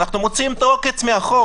אנחנו מוציאים את העוקץ מהחוק.